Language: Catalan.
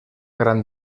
gran